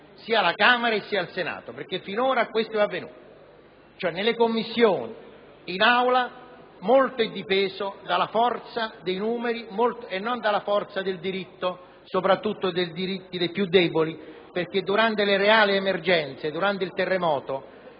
alla Camera e al Senato. Finora questo è avvenuto. Nelle Commissioni, in Aula, molto è dipeso dalla forza dei numeri e non dalla forza del diritto, soprattutto dei diritti dei più deboli. Nelle reali emergenze, durante il terremoto,